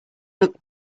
looked